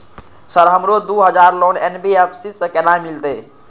Sir हमरो दूय हजार लोन एन.बी.एफ.सी से केना मिलते?